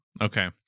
Okay